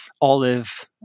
olive